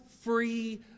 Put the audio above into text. free